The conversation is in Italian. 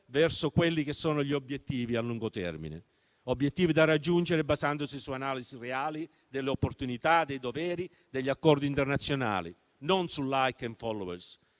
verso quelli che sono gli obiettivi a lungo termine; obiettivi da raggiungere basandosi su analisi reali delle opportunità, dei doveri e degli accordi internazionali, non su *like* e*follower*,